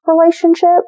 relationship